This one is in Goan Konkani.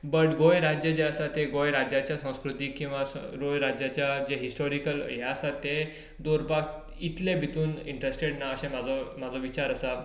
बट गोंय राज्य जें आसा तें गोंय राज्याच्या संस्कृतीक किंवा गोंय राज्याच्या जे हिस्टोरिकल हें आसात तें धरपाक इतले भितून इंट्रेस्टेड ना अशें म्हजो म्हजो विचार आसा